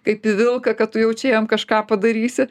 kaip į vilką kad tu jau čia jam kažką padarysi